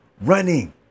running